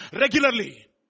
regularly